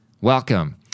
welcome